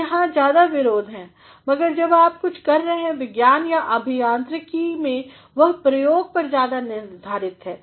तो यहाँ ज़्यादा विरोध है मगर जब आप कुछ कर रहे हैं विज्ञान याअभियांत्रिकीमें वह प्रयोग पर ज़्यादा निर्धारित है